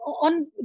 on